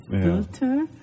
filter